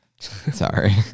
sorry